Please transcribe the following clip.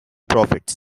profits